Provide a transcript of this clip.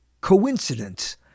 coincidence